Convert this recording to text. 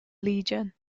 legion